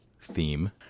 theme